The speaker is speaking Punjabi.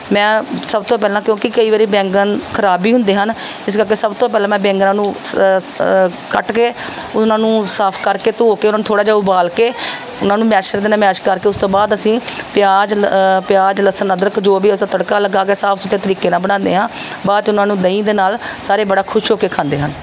ਮੈਂ ਸਭ ਤੋਂ ਪਹਿਲਾਂ ਕਿਉਂਕਿ ਕਈ ਵਾਰੀ ਬੈਂਗਣ ਖਰਾਬ ਵੀ ਹੁੰਦੇ ਹਨ ਇਸ ਕਰਕੇ ਸਭ ਤੋਂ ਪਹਿਲਾਂ ਮੈਂ ਬੈਂਗਣਾਂ ਨੂੰ ਸ ਕੱਟ ਕੇ ਉਹਨਾਂ ਨੂੰ ਸਾਫ ਕਰਕੇ ਧੋ ਕੇ ਉਹਨਾਂ ਨੂੰ ਥੋੜ੍ਹਾ ਜਿਹਾ ਉਬਾਲ ਕੇ ਉਹਨਾਂ ਨੂੰ ਮੈਸ਼ਰ ਦੇ ਨਾਲ ਮੈਸ਼ ਕਰਕੇ ਉਸ ਤੋਂ ਬਾਅਦ ਅਸੀਂ ਪਿਆਜ ਪਿਆਜ ਲਸਣ ਅਦਰਕ ਜੋ ਵੀ ਉਸਦਾ ਤੜਕਾ ਲਗਾ ਕੇ ਸਾਫ ਸੁਥਰੇ ਤਰੀਕੇ ਨਾਲ ਬਣਾਉਂਦੇ ਹਾਂ ਬਾਅਦ 'ਚ ਉਹਨਾਂ ਨੂੰ ਦਹੀਂ ਦੇ ਨਾਲ ਸਾਰੇ ਬੜਾ ਖੁਸ਼ ਹੋ ਕੇ ਖਾਂਦੇ ਹਨ